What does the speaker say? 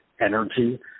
energy